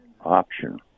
option